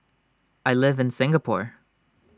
I live in Singapore